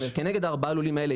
כנגד ארבעת הלולים האלה,